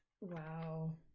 wow